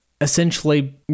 essentially